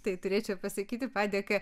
tai turėčiau pasakyti padėką